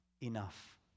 enough